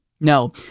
no